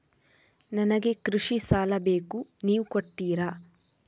ನನಗೆ ಕೃಷಿ ಸಾಲ ಬೇಕು ನೀವು ಕೊಡ್ತೀರಾ?